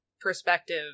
perspective